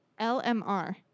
LMR